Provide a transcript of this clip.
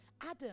Adam